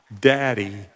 daddy